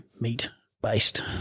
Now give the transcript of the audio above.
meat-based